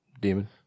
Demon